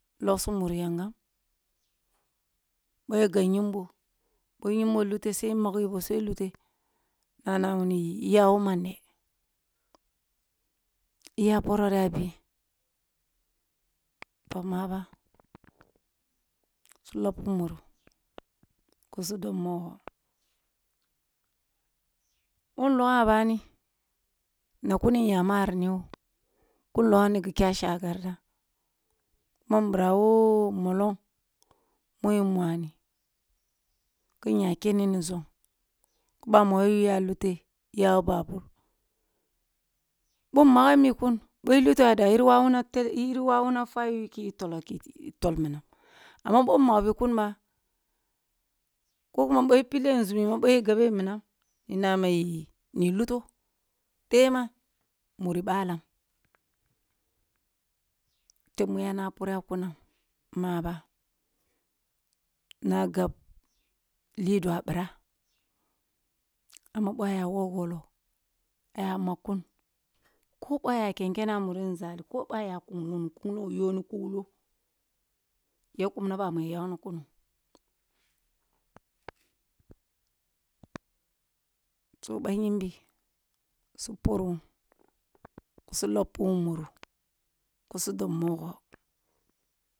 Lughsi muri yankam, ɓoh ya gab yimo, kuh yimboo lute sai maghebo sai ihate na nah ma iya wo man deh, iya poroh ri a be, toh mah ba, su lopi muri ki su dob mogho ɓoh nlogham a bani na kunni nya marinewo kin logh ni ghi kyah shagarda boh mɓirawo mdong mu yin mu’ahni kin ya kehu zong ki ɓah mogho yuah luteh iya wo babur ɓoh nmanghan bi kun ɓoh ilute a dun yiri wawuna tele yiri wawuna fwah yuah yu ki tolo ke tol minang amma ɓoh mmaghbi ku ba, ko kuma ɓoh i pille nzummi ma ɓoh, igabe minang ni nah ma yie, ni luto the man muri ɓalang the mu yana pureh a kunang moh ba na gab lidua birah amma ɓoh aya wo wolo, aya makkun, ko ɓoh a ya kenene a nzali, ko ɓoh aya kuni ni kuno yo ni kuloh ya kum na bamu yak kuno, toh ba yimbi su pur wun su lopu mun murh ki su dob mogho.